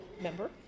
member